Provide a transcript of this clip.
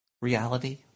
reality